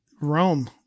Rome